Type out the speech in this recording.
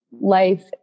life